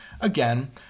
again